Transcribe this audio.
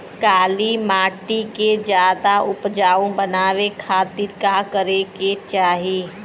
काली माटी के ज्यादा उपजाऊ बनावे खातिर का करे के चाही?